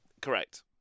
Correct